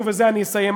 ובזה אני אסיים,